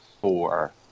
four